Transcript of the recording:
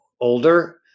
older